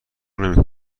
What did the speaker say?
نمی